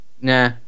nah